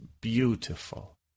beautiful